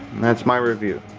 that's my review.